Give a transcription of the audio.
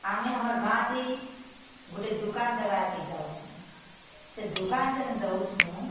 ଆମେ ଆମର୍ ଗାଁ ଥି ଗୁଟେ ଦୁକାନ୍ ଦେବାର୍ କେ ଯାଉଁଛୁ ସେ ଦୁକାନ୍ ଯେନ୍ ଦେଉଁଛୁ